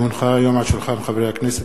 כי הונחה היום על שולחן הכנסת,